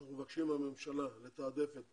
שאנחנו מבקשים מהממשלה לתעדף את